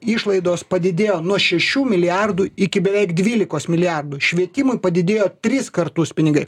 išlaidos padidėjo nuo šešių milijardų iki beveik dvlikos milijardų švietimui padidėjo tris kartus pinigai